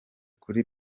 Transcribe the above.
kuri